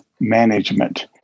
management